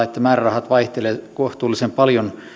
että määrärahat vaihtelevat kohtuullisen paljon